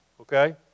Okay